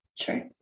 Sure